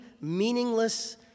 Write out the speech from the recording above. meaningless